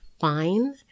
fine